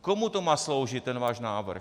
Komu to má sloužit, ten vás návrh?